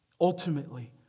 Ultimately